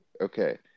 Okay